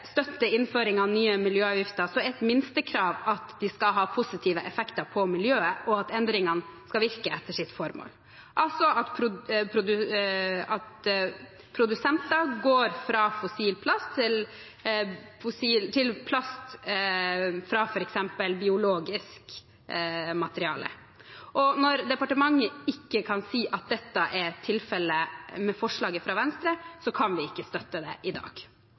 støtte innføring av nye miljøavgifter, er et minstekrav at de skal ha positive effekter på miljøet, og at endringene skal virke etter sitt formål, altså at produsenter går fra fossil plast til plast fra f.eks. biologisk materiale. Når departementet ikke kan si at dette er tilfellet med forslaget fra Venstre, kan vi ikke støtte det i dag.